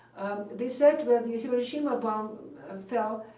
they said where the hiroshima bomb um fell,